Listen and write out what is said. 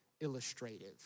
illustrative